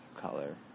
color